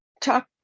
talk